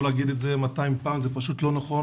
להגיד את זה מאתיים פעם זה פשוט לא נכון,